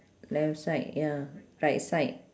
left side ya right side